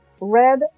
Red